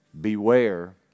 Beware